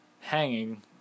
hanging